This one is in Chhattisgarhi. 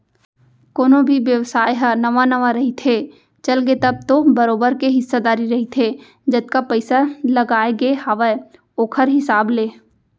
कोनो भी बेवसाय ह नवा नवा रहिथे, चलगे तब तो बरोबर के हिस्सादारी रहिथे जतका पइसा लगाय गे हावय ओखर हिसाब ले